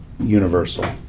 Universal